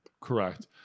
Correct